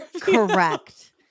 Correct